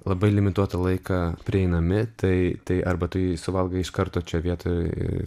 labai limituotą laiką prieinami tai tai arba tu jį suvalgai iš karto čia vietoj